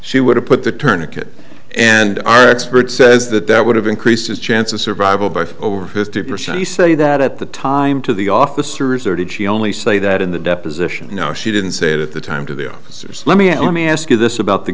she would have put the turner kit and our expert says that that would have increased his chance of survival by over fifty percent you say that at the time to the officers or did she only say that in the deposition no she didn't say it at the time to the officers let me ask let me ask you this about the